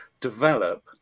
develop